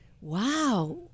wow